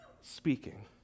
speaking